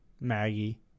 Maggie